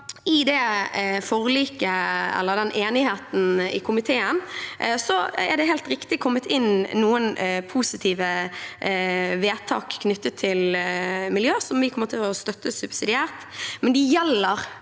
I den enigheten i komiteen er det helt riktig kommet inn noen positive vedtak knyttet til miljø, som vi kommer til å støtte subsidiært,